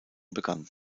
begann